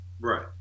Right